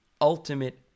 ultimate